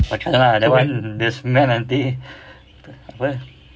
ah that one the smell nanti apa